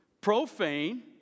profane